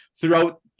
throughout